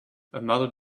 another